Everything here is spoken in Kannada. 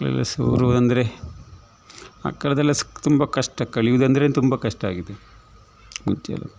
ಅಂದರೆ ಮಕ್ಕಳದೆಲ್ಲ ತುಂಬ ಕಷ್ಟ ಕಲಿಯುದಂದ್ರೇನೇ ತುಂಬ ಕಷ್ಟ ಆಗಿದೆ ಮುಂಚೆ ಎಲ್ಲ